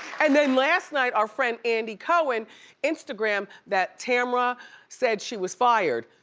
and then last night, our friend andy cohen instagrammed that tamra said she was fired.